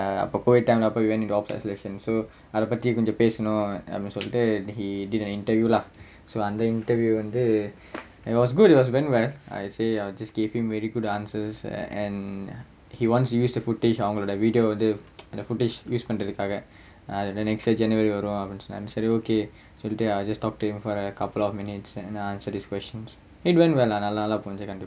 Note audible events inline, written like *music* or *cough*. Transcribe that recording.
அப்ப:appa COVID time lah போய்:poi we went into OPS isolation so அத பத்தியே கொஞ்சம் பேசனும் அப்படின்னு சொல்லிட்டு:atha pathiyae konjam pesanum appadinu sollittu he did an interview lah so அந்த:antha interview வந்து:vanthu it was good it went well uh just give him very good answers and he wants to use the footage அவங்களோட:avangaloda video வந்து:vanthu *noise* footage use பண்றதுக்காக அதோட:pandrathukkaaga athoda next day january வரும் அப்படின்னு சொன்னா சரி:varum appdinnu sonnaa sari okay சொல்லிட்டு:sollittu I just talk to him a couple of minutes and answer his questions when where lah நல்ல ஆளா புரிஞ்சா கண்டிப்பா:nalla aalaa purinchaa kandippaa